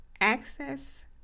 Access